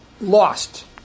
lost